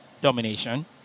domination